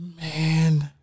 Man